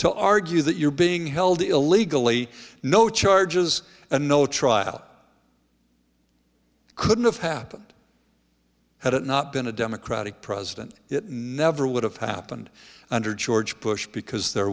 to argue that you're being held illegally no charges and no trial couldn't have happened had it not been a democratic president it never would have happened under george bush because there